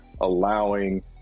allowing